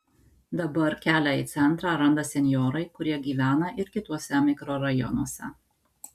dabar kelią į centrą randa senjorai kurie gyvena ir kituose mikrorajonuose